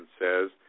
says